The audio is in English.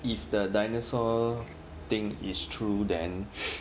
if the dinosaur thing is true then